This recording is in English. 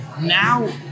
Now